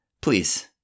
Please